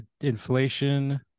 inflation